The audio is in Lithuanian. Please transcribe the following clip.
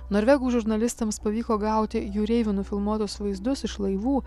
norvegų žurnalistams pavyko gauti jūreivių nufilmuotus vaizdus iš laivų